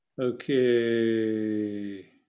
okay